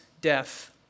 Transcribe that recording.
death